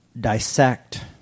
dissect